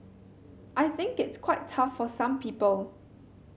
I think it's quite tough for some people